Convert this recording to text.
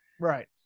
Right